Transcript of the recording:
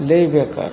लई बेकार